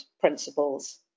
principles